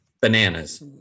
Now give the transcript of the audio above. bananas